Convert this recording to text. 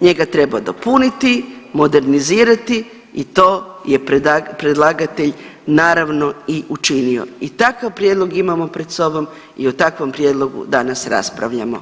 njega treba dopuniti, modernizirati i to je predlagatelj naravno i učinio i takav prijedlog imamo pred sobom i o takvom prijedlogu danas raspravljamo.